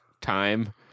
Time